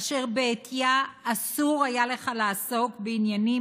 אשר בעטייה אסור היה לך לעסוק בעניינים